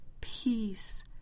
peace